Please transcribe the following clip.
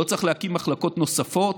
לא צריך להקים מחלקות נוספות,